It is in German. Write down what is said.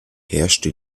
herrschte